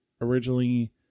originally